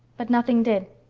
but nothing did.